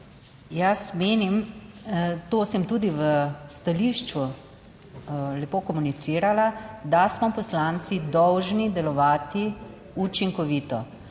Jaz menim, to sem tudi v stališču lepo komunicirala, da smo poslanci dolžni delovati učinkovito.